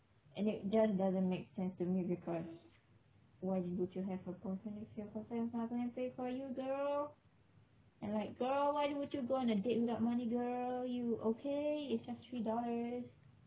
and it just doesn't make sense to me because why would you have a boyfriend if your boyfriend can't even pay for you girl and like girl why would you go on a date without money girl you okay it's just three dollars